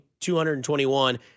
221